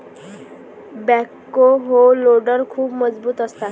backhoe loader खूप मजबूत असतात